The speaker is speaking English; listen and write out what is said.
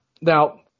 Now